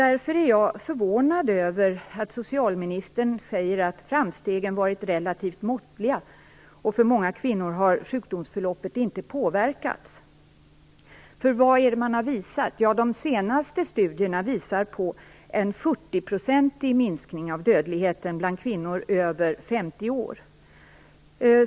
Därför är jag förvånad över att socialministern säger att framstegen har varit relativt måttliga, och att sjukdomsförloppet för många kvinnor inte påverkats. För vad visar studierna? Jo, de senaste studierna visar på en fyrtioprocentig minskning av dödligheten bland kvinnor över 50 år.